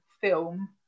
film